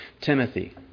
Timothy